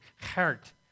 heart